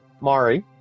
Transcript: Mari